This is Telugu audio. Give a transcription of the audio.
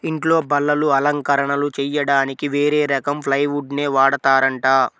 ఇంట్లో బల్లలు, అలంకరణలు చెయ్యడానికి వేరే రకం ప్లైవుడ్ నే వాడతారంట